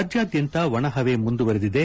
ರಾಜ್ವಾದ್ಯಂತ ಒಣ ಹವೆ ಮುಂದುವರಿದಿದೆ